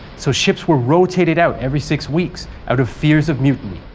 so ships were rotated out every six weeks out of fears of mutiny.